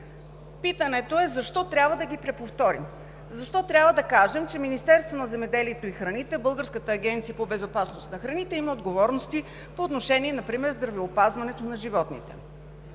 Питането е: защо трябва да ги преповторим? Защо трябва да кажем, че Министерството на земеделието, храните и горите, Българската агенция по безопасност на храните имат отговорности по отношение например здравеопазването на животните?